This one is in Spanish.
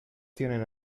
tienen